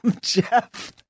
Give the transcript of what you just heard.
Jeff